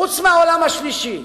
חוץ מהעולם השלישי,